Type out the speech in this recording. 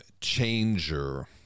changer